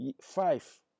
Five